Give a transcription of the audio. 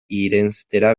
irenstera